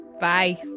Bye